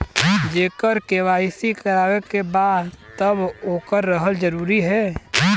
जेकर के.वाइ.सी करवाएं के बा तब ओकर रहल जरूरी हे?